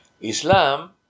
Islam